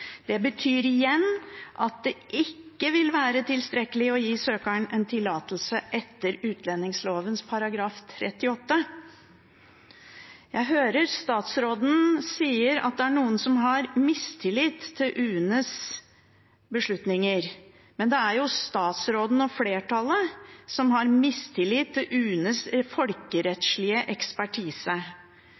Det betyr igjen at det ikke vil være tilstrekkelig å gi søkeren en tillatelse etter utlendingsloven § 38.» Jeg hører statsråden sier at det er noen som har mistillit til UNEs beslutninger, men det er jo statsråden og flertallet som har mistillit til UNEs folkerettslige ekspertise.